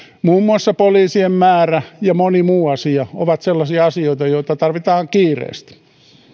muun muassa poliisien määrä ja moni muu asia ovat sellaisia asioita joita tarvitaan kiireesti